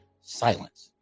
Silence